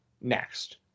next